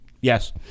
Yes